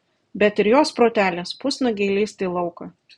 bet ir jos protelis pusnuogei lįsti į lauką